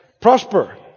Prosper